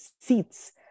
seats